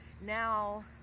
Now